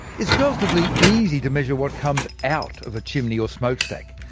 it's relatively easy to measure what comes out of a chimney or smokestack.